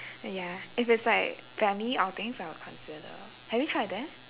but ya if it's like family outings I would consider have you tried that